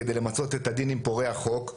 כדי למצות את הדין עם פורעי החוק.